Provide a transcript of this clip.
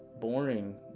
boring